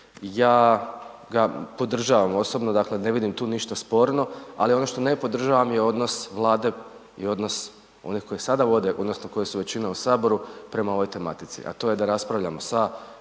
ja podržavam osobno, dakle ne vidim tu ništa sporno ali ono što ne bi podržao a ni odnos Vlade i odnos onih koji sada vode odnosno koji su većina u Saboru, prema ovoj tematici a to je da raspravljamo sa